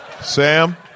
Sam